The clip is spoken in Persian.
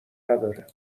نداره